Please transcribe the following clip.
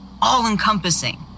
all-encompassing